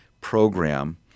program